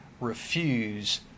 refuse